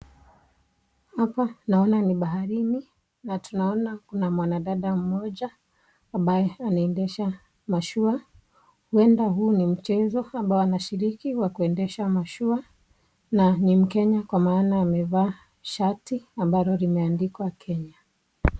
Hapa naona ni baharini na tunaona kuna mwanadada mmoja ambaye anaendesha mashua, huenda huu ni mchezo ambao anashiriki wa kuendesha mashua, na ni mkenya kwa maana amevaa shati ambalo limeandikwa Kenya.